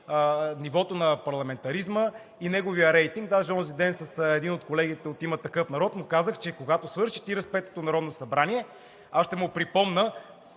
нивото на парламентаризма и неговият рейтинг. Даже онзи ден на един от колегите от „Има такъв народ“ му казах, че, когато свърши 45-ото народно събрание, аз ще му припомня